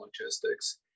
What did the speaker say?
logistics